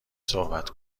صحبت